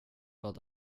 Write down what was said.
vad